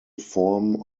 form